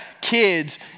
kids